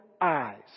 eyes